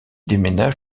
déménage